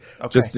Okay